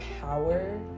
power